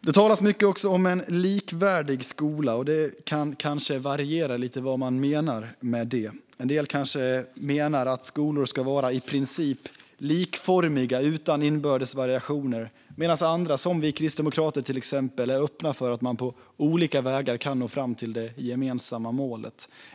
Det talas också mycket om en likvärdig skola, och det kan kanske variera lite vad man menar med det. En del kanske menar att skolor ska vara i princip likformiga utan inbördes variationer medan andra, till exempel vi kristdemokrater, är öppna för att man på olika vägar kan nå fram till det gemensamma målet.